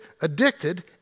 addicted